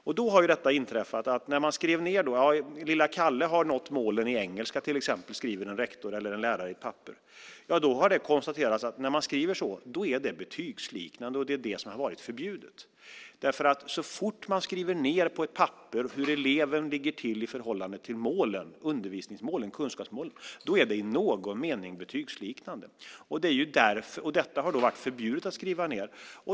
Man har konstaterat att det är betygsliknande när en rektor eller en lärare till exempel skriver ned att lille Kalle har nått målen i engelska, och det är det som har varit förbjudet. Så fort man skriver ned på ett papper hur eleven ligger till i förhållande till undervisnings och kunskapsmålen är det i någon mening betygsliknande, och detta har varit förbjudet att skriva ned.